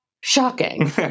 Shocking